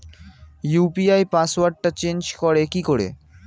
UPI পাসওয়ার্ডটা change করে কি করে?